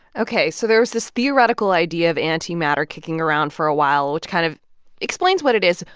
ok. so there was this theoretical idea of antimatter kicking around for a while which kind of explains what it is,